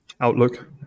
outlook